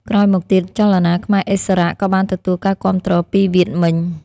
ក្រោយមកទៀត ចលនាខ្មែរឥស្សរៈក៏បានទទួលការគាំទ្រពីវៀតមិញ។